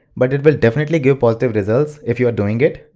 but it will definitely give positive results if you're doing it.